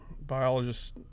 biologists